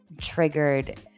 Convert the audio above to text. triggered